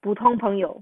普通朋友